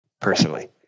personally